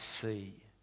see